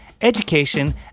education